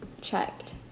Checked